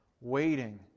waiting